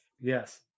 Yes